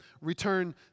return